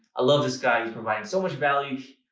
i love this guy. he's providing so much value,